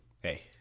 Hey